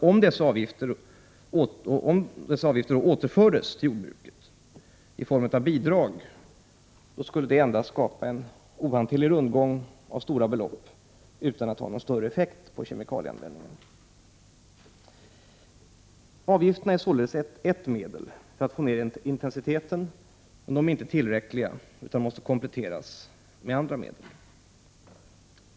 Om dessa avgifter återfördes till jordbruket i form av bidrag skulle det endast skapa en ohanterlig rundgång av stora belopp utan att ha någon större effekt på kemikalieanvändningen. Avgifterna är således ett medel för att få ner intensiteten, men de är inte tillräckliga utan måste kompletteras med andra medel.